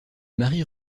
marie